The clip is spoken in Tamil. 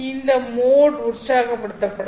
இந்த மோட் உற்சாகப்படுத்த படலாம்